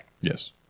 yes